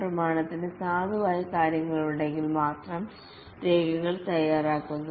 പ്രമാണത്തിന് സാധുവായ കാരണങ്ങളുണ്ടെങ്കിൽ മാത്രം രേഖകൾ തയ്യാറാക്കുന്നു